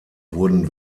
wurden